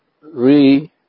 re-